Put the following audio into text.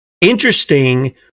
interesting